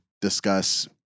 discuss